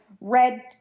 red